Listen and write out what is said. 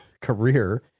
career